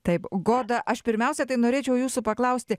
taip goda aš pirmiausia tai norėčiau jūsų paklausti